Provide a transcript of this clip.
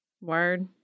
Word